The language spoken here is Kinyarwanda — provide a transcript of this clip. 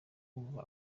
kumva